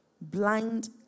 blind